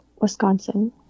Wisconsin